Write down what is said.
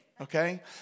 Okay